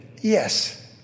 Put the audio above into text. Yes